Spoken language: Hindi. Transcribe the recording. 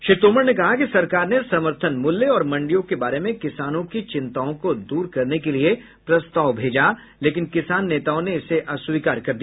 श्री तोमर ने कहा कि सरकार ने समर्थन मूल्य और मंडियों के बारे में किसानों की चिंताओं को दूर करने के लिए प्रस्ताव भेजा लेकिन किसान नेताओं ने इसे अस्वीकार कर दिया